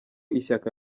ishyaka